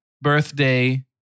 birthday